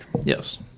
Yes